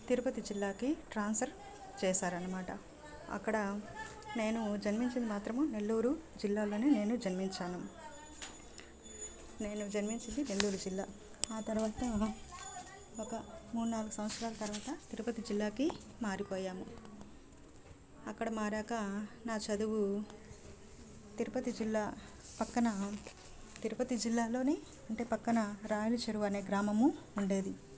తిరుపతి జిల్లాకి ట్రాన్స్ఫర్ చేశారన్నమాట అక్కడ నేను జన్మించింది మాత్రము నెల్లూరు జిల్లాలోనే నేను జన్మించాను నేను జన్మించింది నెల్లూరు జిల్లా ఆ తర్వాత ఒక మూడు నాలుగు సంవత్సరాల తర్వాత తిరుపతి జిల్లాకి మారిపోయాము అక్కడ మారినాక నా చదువు తిరుపతి జిల్లా పక్కన తిరుపతి జిల్లాలోని అంటే పక్కన రాయల చెరువు అనే గ్రామము ఉండేది